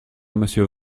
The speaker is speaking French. monsieur